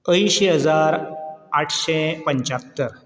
अंयशीं हजार आठशें पंच्यात्तर